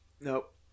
Nope